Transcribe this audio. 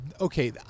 okay